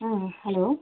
ஆ hello